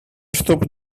stop